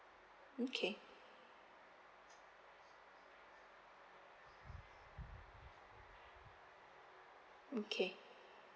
okay okay